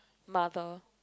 mother